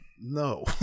no